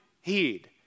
heed